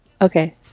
Okay